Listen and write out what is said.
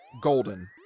Golden